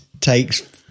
takes